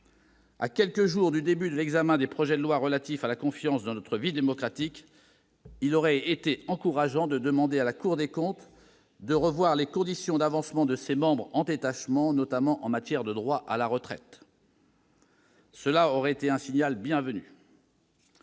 À quelques jours du début de l'examen des projets de loi relatifs à la confiance dans notre vie démocratique, il aurait été encourageant que soit demandé à la Cour des comptes de revoir les conditions d'avancement de ses membres en détachement, notamment en matière de droits à la retraite. Cela aurait été un signal bienvenu.